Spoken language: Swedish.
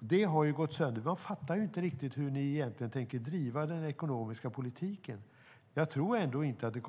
Det har gått sönder. Man fattar inte riktigt hur ni egentligen tänker driva den ekonomiska politiken. Jag tror inte att ni,